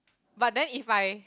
but then if I